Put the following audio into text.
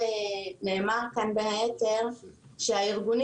נאמר כאן בין היתר שנקודת המוצא של הארגונים